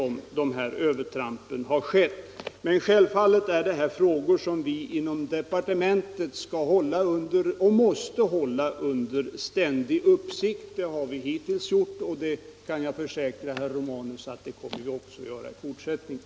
Men självfallet är detta frågor som vi inom departementet skall och måste hålla under ständig uppsikt. Det har vi hittills gjort, och jag kan försäkra herr Romanus att vi kommer att göra det också i fortsättningen.